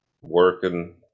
Working